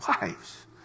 wives